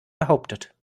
behauptet